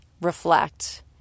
reflect